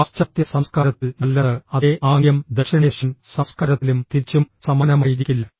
പാശ്ചാത്യ സംസ്കാരത്തിൽ നല്ലത് അതേ ആംഗ്യം ദക്ഷിണേഷ്യൻ സംസ്കാരത്തിലും തിരിച്ചും സമാനമായിരിക്കില്ല